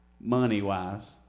money-wise